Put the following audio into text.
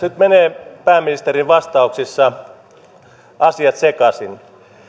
nyt menee pääministerin vastauksissa asiat sekaisin